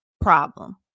problem